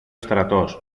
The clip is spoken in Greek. στρατός